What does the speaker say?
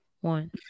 one